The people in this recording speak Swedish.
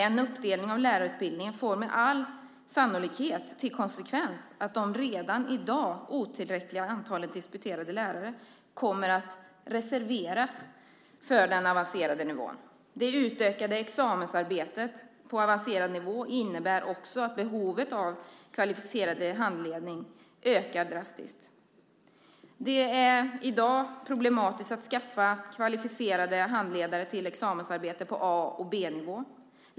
En uppdelning av lärarutbildningen får med all sannolikhet till konsekvens att det redan i dag otillräckliga antalet disputerade lärare kommer att reserveras för den avancerade nivån. Det utökade examensarbetet på avancerad nivå innebär också att behovet av kvalificerad handledning ökar drastiskt. Det är i dag problematiskt att skaffa kvalificerade handledare till examensarbeten på A och B-nivå.